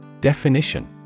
Definition